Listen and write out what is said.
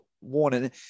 warning